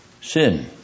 sin